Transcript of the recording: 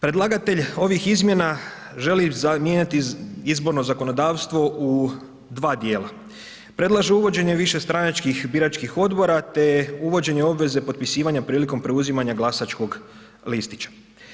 Predlagatelj ovih izmjena želi mijenjati izborno zakonodavstvo u dva dijela, predlaže uvođenje višestranačkih biračkih odbora, te uvođenje obveze potpisivanja prilikom preuzimanja glasačkog listića.